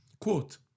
quote